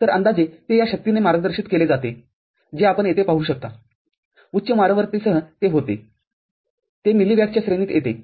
तरअंदाजे ते या शक्तीने मार्गदर्शित केले जाते जे आपण येथे पाहू शकता उच्च वारंवारतेसह ते होते ते मिली वॅटच्या श्रेणीत येते